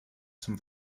zum